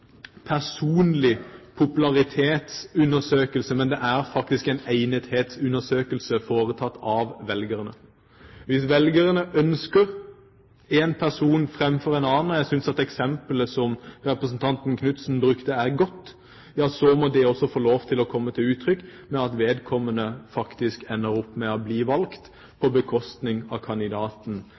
personlig popularitetsundersøkelse, men faktisk en egnethetsundersøkelse foretatt av velgerne. Hvis velgerne ønsker en person framfor en annen – og jeg synes at eksemplet som representanten Knudsen brukte, er godt – ja så må det også få lov til å komme til uttrykk ved at vedkommende faktisk ender opp med å bli valgt på bekostning av kandidaten